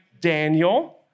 Daniel